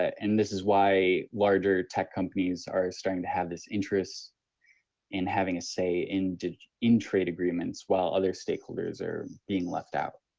and this is why larger tech companies are starting to have this interest in having a say in in trade agreements while other stakeholders are being left out.